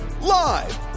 live